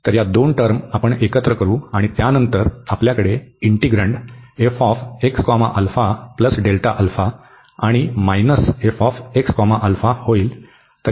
तर या दोन टर्म आपण एकत्र करू आणि त्यानंतर आपल्याकडे इंटीग्रन्ड आणि मायनस होईल